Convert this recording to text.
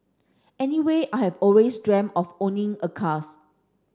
anyway I have always dreamt of owning a cars